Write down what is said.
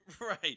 Right